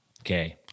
Okay